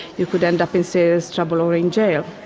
you could end up in serious trouble or in jail.